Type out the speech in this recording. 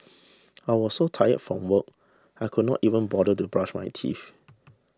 I was so tired from work I could not even bother to brush my teeth